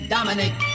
Dominic